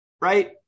right